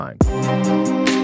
time